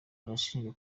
arashinjwa